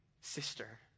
sister